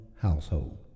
household